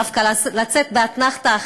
דווקא לצאת באתנחתא,